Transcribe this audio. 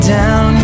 down